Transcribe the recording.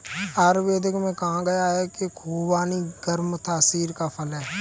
आयुर्वेद में कहा गया है कि खुबानी गर्म तासीर का फल है